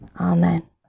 amen